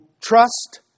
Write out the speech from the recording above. trust